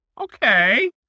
okay